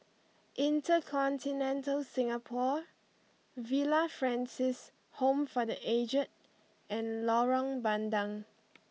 InterContinental Singapore Villa Francis Home for the Aged and Lorong Bandang